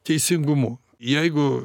teisingumu jeigu